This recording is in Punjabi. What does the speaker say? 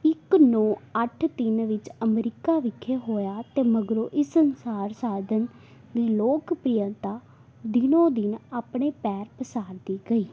ਇੱਕ ਨੌ ਅੱਠ ਤਿੰਨ ਵਿੱਚ ਅਮਰੀਕਾ ਵਿਖੇ ਹੋਇਆ ਅਤੇ ਮਗਰੋਂ ਇਸ ਸੰਚਾਰ ਸਾਧਨ ਦੀ ਲੋਕਪ੍ਰਿਯਤਾ ਦਿਨੋਂ ਦਿਨ ਆਪਣੇ ਪੈਰ ਪਸਾਰਦੀ ਗਈ